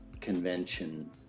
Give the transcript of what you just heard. convention